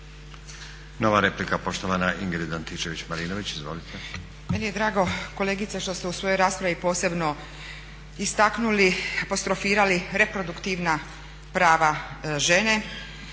Izvolite. **Antičević Marinović, Ingrid (SDP)** Meni je drago kolegice što ste u svojoj raspravi posebno istaknuli, apostrofirali reproduktivna prava žene